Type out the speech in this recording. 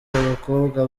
abakobwa